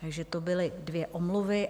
Takže to byly dvě omluvy.